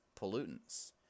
pollutants